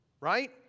Right